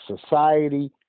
society